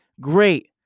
Great